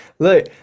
Look